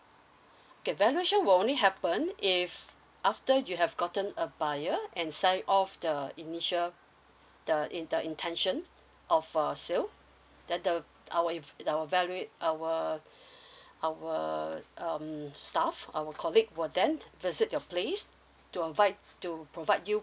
okay valuation will only happen if after you have gotten a buyer and sign off the initial the in the intention of a sale then the our if our valuate our our um staff our colleague will then visit your place to provide to provide you